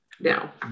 now